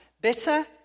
bitter